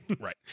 Right